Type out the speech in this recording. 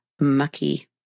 mucky